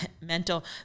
mental